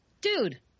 dude